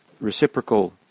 reciprocal